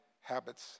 habits